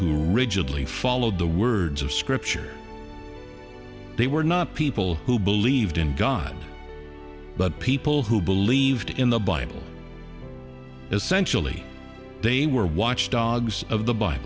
who rigidly followed the words of scripture they were not people who believed in god but people who believed in the bible as sensually they were watchdogs of the bi